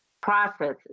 processes